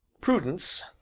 Prudence